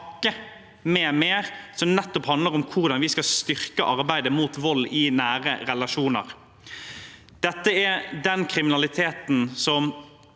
nettopp om hvordan vi skal styrke arbeidet mot vold i nære relasjoner. Dette er den kriminaliteten som